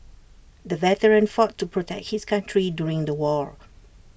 the veteran fought to protect his country during the war